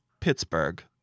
pittsburgh